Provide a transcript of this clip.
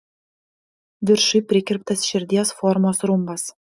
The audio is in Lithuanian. viršuj prikirptas širdies formos rumbas